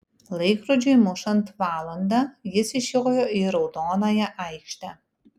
laikrodžiui mušant valandą jis išjojo į raudonąją aikštę